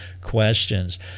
questions